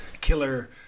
killer